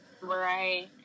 Right